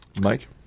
Mike